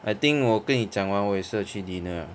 I think 我跟你讲完我也是要去 dinner liao